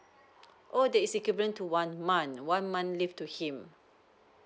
oh that's equivalent to one month one month leave to him